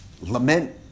Lament